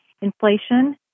inflation